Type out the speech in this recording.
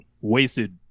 wasted